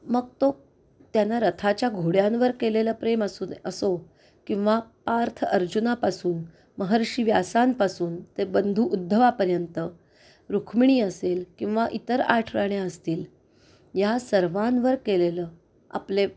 मग तो त्यानं रथाच्या घोड्यांवर केलेला प्रेम असून असो किंवा पार्थ अर्जुनापासून महर्षी व्यासांपासून ते बंधु उद्धवापर्यंत रुक्मिणी असेल किंवा इतर आठ राण्या असतील या सर्वांवर केलेलं आपले